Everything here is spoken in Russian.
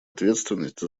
ответственность